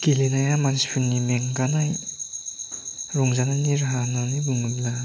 गेलेनाया मानसिफोरनि मेंगानाय रंजानायनि राहा होननानै बुङोब्ला